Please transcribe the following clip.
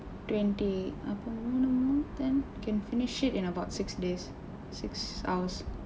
twenty அப்போ மூன்று மூன்று:appoo muunru muunru then can finish it in about six days six hours